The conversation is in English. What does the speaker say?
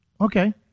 Okay